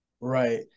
Right